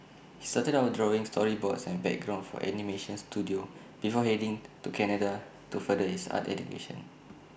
started out drawing storyboards and backgrounds for animation Studio before heading to Canada to further his art education